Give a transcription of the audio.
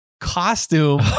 costume